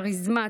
כריזמטית,